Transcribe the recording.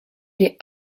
est